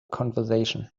conversation